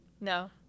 No